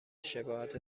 شباهت